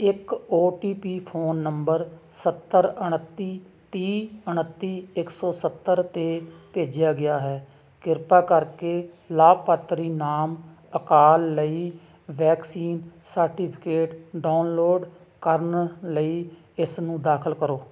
ਇੱਕ O T P phone number ਸੱਤਰ ਉਨੱਤੀ ਤੀਹ ਉਨੱਤੀ ਇੱਕ ਸੌ ਸੱਤਰ 'ਤੇ ਭੇਜਿਆ ਗਿਆ ਹੈ ਕਿਰਪਾ ਕਰਕੇ ਲਾਭਪਾਤਰੀ ਨਾਮ ਅਕਾਲ ਲਈ ਵੈਕਸੀਨ ਸਰਟੀਫਿਕੇਟ ਡਾਊਨਲੋਡ ਕਰਨ ਲਈ ਇਸਨੂੰ ਦਾਖ਼ਲ ਕਰੋ